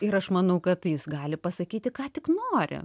ir aš manau kad jis gali pasakyti ką tik nori